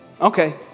Okay